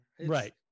right